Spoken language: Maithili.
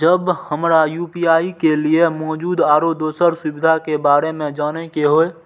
जब हमरा यू.पी.आई के लिये मौजूद आरो दोसर सुविधा के बारे में जाने के होय?